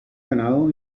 ganado